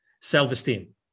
self-esteem